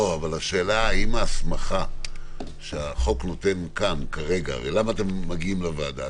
השאלה האם ההסמכה שהחוק נותן כאן כרגע הרי למה אתם מגיעים לוועדה?